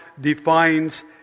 defines